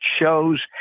shows